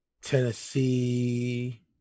Tennessee